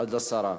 הסרה.